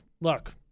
look